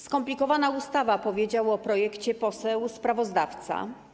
Skomplikowana ustawa - powiedział o projekcie poseł sprawozdawca.